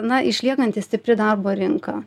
na išliekanti stipri darbo rinką